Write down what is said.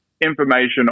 information